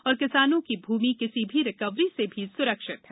और किसानों की भूमि भी किसी भी रिकवरी से स्रक्षित है